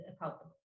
accountable